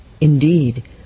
Indeed